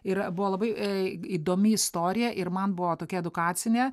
ir buvo labai įdomi istorija ir man buvo tokia edukacinė